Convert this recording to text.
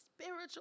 spiritual